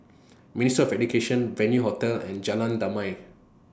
Ministry of Education Venue Hotel and Jalan Damai